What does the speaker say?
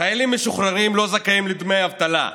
חיילים משוחררים לא זכאים לדמי אבטלה.